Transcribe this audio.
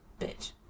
bitch